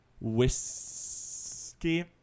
whiskey